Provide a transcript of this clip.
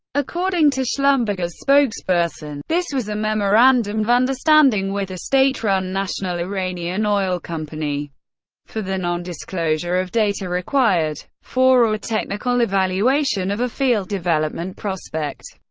according to schlumberger's spokesperson, this was a memorandum of understanding with the state-run national iranian oil company for the non-disclosure of data required for a technical evaluation of a field development prospect.